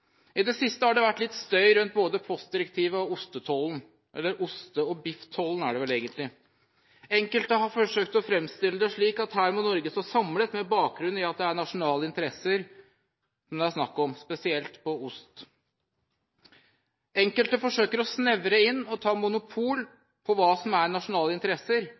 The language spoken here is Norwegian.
vært litt støy rundt både postdirektivet og ostetollen – eller oste- og bifftollen er det vel egentlig. Enkelte har forsøkt å framstille det slik at her må Norge stå samlet med bakgrunn i at det er nasjonale interesser det er snakk om, spesielt på ost. Enkelte forsøker å snevre inn og ta monopol på hva som er «nasjonale interesser».